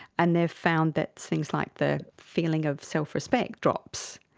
and they've found that things like the feeling of self-respect drops.